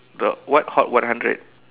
but what hot one hundred